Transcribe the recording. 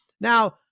Now